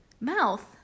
Mouth